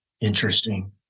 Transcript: interesting